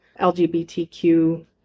lgbtq